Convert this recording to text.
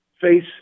face